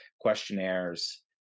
questionnaires